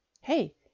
Hey